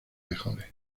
mejores